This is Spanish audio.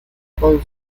con